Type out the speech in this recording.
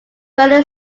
berlin